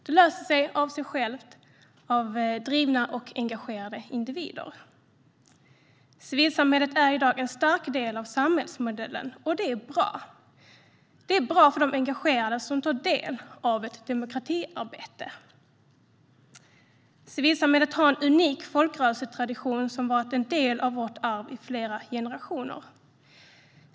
Det löser sig av sig självt med drivna och engagerade individer. Civilsamhället är i dag en stark del av samhällsmodellen, och det är bra. Det är bra för de engagerade som tar del av ett demokratiarbete. Civilsamhället har en unik folkrörelsetradition som varit en del av vårt arv i flera generationer.